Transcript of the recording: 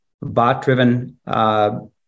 bot-driven